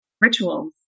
rituals